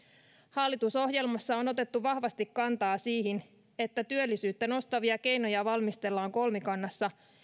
hallitusohjelmassa on otettu vahvasti kantaa siihen että työllisyyttä nostavia keinoja valmistellaan kolmikannassa